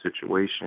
situation